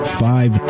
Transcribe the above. five